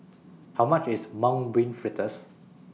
How much IS Mung Bean Fritters